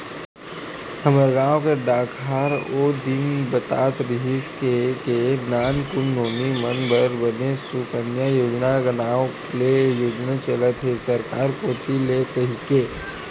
हमर गांव के डाकहार ओ दिन बतात रिहिस हे के नानकुन नोनी मन बर बने सुकन्या योजना नांव ले योजना चलत हे सरकार कोती ले कहिके